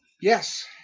Yes